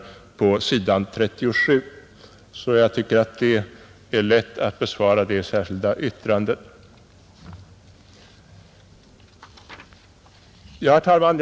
Det särskilda yttrandet är därför lätt att besvara, Fru talman!